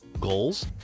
goals